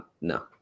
no